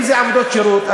אם זה עבודות שירות,